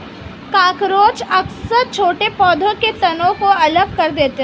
cockroach अक्सर छोटे पौधों के तनों को अलग कर देते हैं